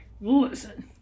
Listen